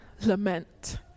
lament